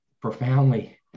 profoundly